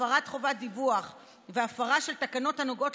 הפרת חובת דיווח והפרה של תקנות הנוגעות